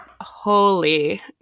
holy